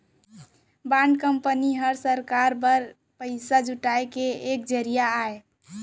bond company हर सरकार बर पइसा जुटाए के एक ठन जरिया अय